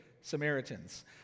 Samaritans